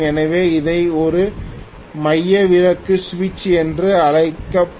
எனவே இதை ஒரு மையவிலக்கு சுவிட்ச் என்று அழைப்போம்